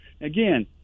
Again